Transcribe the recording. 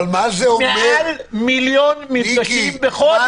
מעל מיליון מפגשים בחודש.